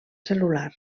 cel·lular